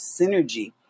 synergy